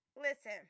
listen